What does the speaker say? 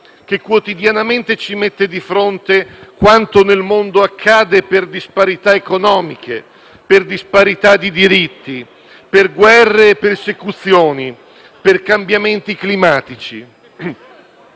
che quotidianamente ci mette di fronte quanto nel mondo accade per disparità economiche e di diritti, per guerre e persecuzioni, per cambiamenti climatici.